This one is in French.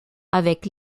avec